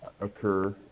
occur